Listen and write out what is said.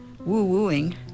woo-wooing